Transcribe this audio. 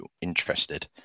interested